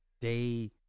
day